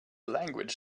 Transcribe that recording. language